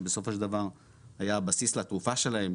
שבסופו של דבר היה בסיס לתרופה שלהם,